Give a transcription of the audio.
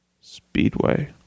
Speedway